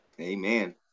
Amen